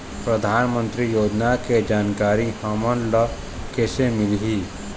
परधानमंतरी योजना के जानकारी हमन ल कइसे मिलही?